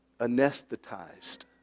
anesthetized